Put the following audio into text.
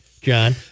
John